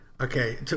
Okay